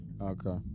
Okay